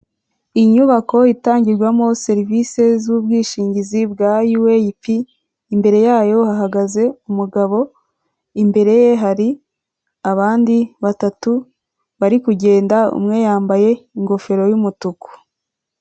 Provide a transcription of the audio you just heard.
Inyubako itangirwamo serivisi z'ubwishingizi bwa yuweyipi, imbere yayo hahagaze umugabo imbere ye hari abandi batatu bari kugenda umwe yambaye ingofero y'umutuku.